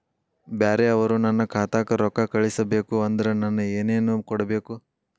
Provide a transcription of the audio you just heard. ಬ್ಯಾರೆ ಅವರು ನನ್ನ ಖಾತಾಕ್ಕ ರೊಕ್ಕಾ ಕಳಿಸಬೇಕು ಅಂದ್ರ ನನ್ನ ಏನೇನು ಕೊಡಬೇಕು?